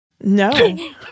No